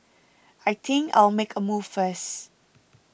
I think I'll make a move first